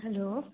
hello